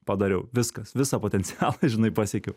padariau viskas visą potencialą žinai pasiekiau